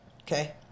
Okay